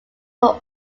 were